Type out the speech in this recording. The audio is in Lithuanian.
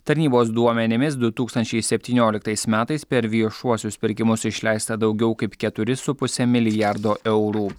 tarnybos duomenimis du tūkstančiai septynioliktais metais per viešuosius pirkimus išleista daugiau kaip keturi su puse milijardo eurų